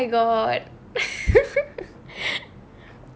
oh my god